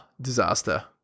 disaster